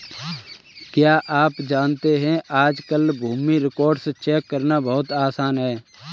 क्या आप जानते है आज कल भूमि रिकार्ड्स चेक करना बहुत आसान है?